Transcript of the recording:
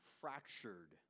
fractured